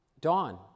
Dawn